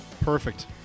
perfect